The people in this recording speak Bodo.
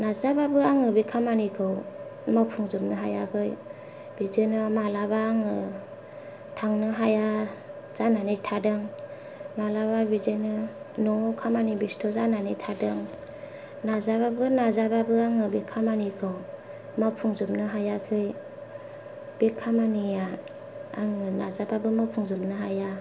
नाजाब्लाबो आङो बे खामानिखौ मावफुंजोबनो हायाखै बिदिनो मालाबा आङो थांनो हाया जानानै थादों मालाबा बिदिनो न'आव खामानि बेस्थ' जानानै थादों नाजाब्लाबो नाजाब्लाबो आङो बे खामानिखौ मावफुंजोबनो हायाखै बे खामानिया आङो नाजाब्लाबो मावफुंजोबनो हाया